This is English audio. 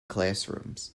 classrooms